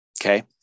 Okay